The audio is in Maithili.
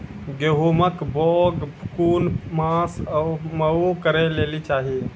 गेहूँमक बौग कून मांस मअ करै लेली चाही?